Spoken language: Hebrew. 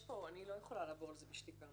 אני לא יכולה לעבור על זה בשתיקה,